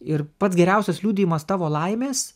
ir pats geriausias liudijimas tavo laimės